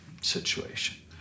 situation